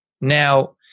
Now